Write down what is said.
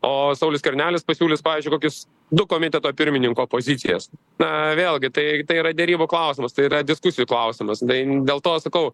o saulius skvernelis pasiūlys pavyzdžiui kokias du komiteto pirmininko pozicijas na vėlgi tai tai yra derybų klausimas tai yra diskusijų klausimas tai dėl to sakau